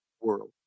world